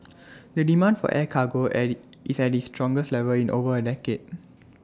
the demand for air cargo at IT is at its strongest level in over A decade